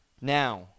Now